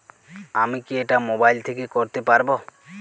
আমি কি এটা মোবাইল থেকে করতে পারবো?